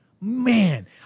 Man